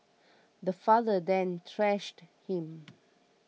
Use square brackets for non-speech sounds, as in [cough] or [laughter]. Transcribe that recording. [noise] the father then thrashed him [noise]